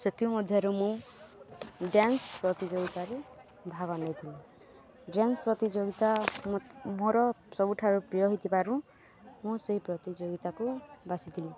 ସେଥିମଧ୍ୟରୁ ମୁଁ ଡ୍ୟାନ୍ସ ପ୍ରତିଯୋଗିତାରେ ଭାଗ ନେଇଥିଲି ଡ୍ୟାନ୍ସ ପ୍ରତିଯୋଗିତା ମୋର ସବୁଠାରୁ ପ୍ରିୟ ହେଇଥିବାରୁ ମୁଁ ସେଇ ପ୍ରତିଯୋଗିତାକୁ ବାଛିଥିଲି